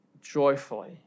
joyfully